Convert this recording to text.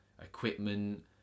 equipment